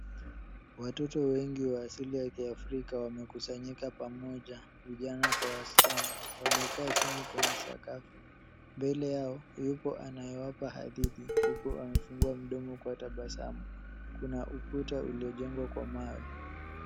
Watoto wengi wa asili ya kiafrika wamekusanyika pamoja, vijana kwa wasichana. Wamekaa chini kwenye sakafu. Mbele yao yupo anayewapa hadithi huku amefungua mdomo kwa tabasamu. Kuna ukuta uliojengwa kwa mawe.